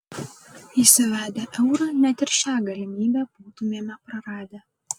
įsivedę eurą net ir šią galimybę būtumėme praradę